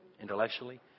intellectually